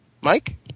Mike